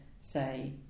say